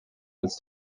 als